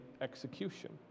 execution